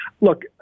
look